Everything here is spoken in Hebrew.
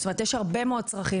יש הרבה מאוד צרכים